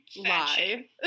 Lie